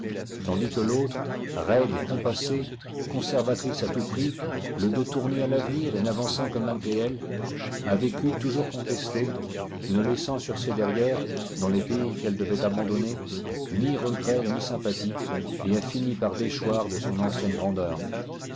tandis que l'autre raide et compassée conservatrice à tout prix le dos tourné ù l'avenir et n'avançant que malgré elle a vécu toujours contestée ne laissant sur ses derrières dans les pays qu'elle devait abandonner ni regret ni sympathie et a fini par déchoir de son ancienne grandeur